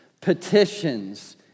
petitions